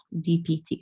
DPT